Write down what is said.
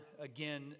again